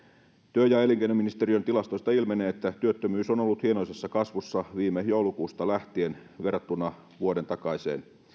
työ ja elinkeinoministeriön tilastoista ilmenee että työttömyys on ollut hienoisessa kasvussa viime joulukuusta lähtien verrattuna vuoden takaiseen